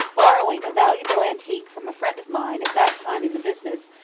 borrowing a valuable antique from a friend of mine at that time in the business,